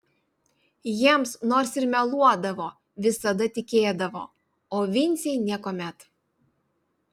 jiems nors ir meluodavo visada tikėdavo o vincei niekuomet